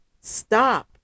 stop